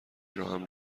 راهم